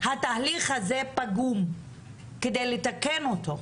התהליך הזה פגום כדי לתקן אותו.